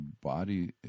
body